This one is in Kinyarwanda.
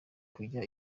kujya